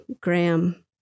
Graham